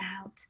out